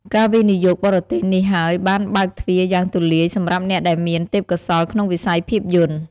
ការវិនិយោគបរទេសនេះហើយបានបើកទ្វារយ៉ាងទូលាយសម្រាប់អ្នកដែលមានទេពកោសល្យក្នុងវិស័យភាពយន្ត។